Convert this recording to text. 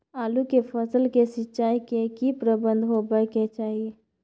आलू के फसल के सिंचाई के की प्रबंध होबय के चाही?